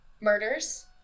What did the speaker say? murders